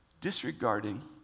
disregarding